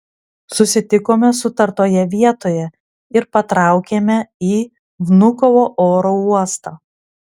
susitikome sutartoje vietoje ir patraukėme į vnukovo oro uostą